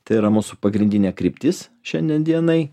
tai yra mūsų pagrindinė kryptis šiandien dienai